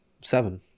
seven